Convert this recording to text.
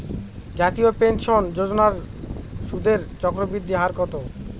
জাতীয় পেনশন যোজনার সুদের চক্রবৃদ্ধি হার কত?